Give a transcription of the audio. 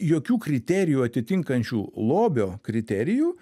jokių kriterijų atitinkančių lobio kriterijų